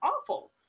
awful